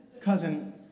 cousin